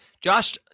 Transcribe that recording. Josh